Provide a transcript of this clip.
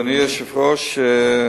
אדוני היושב-ראש,